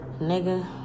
Nigga